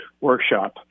workshop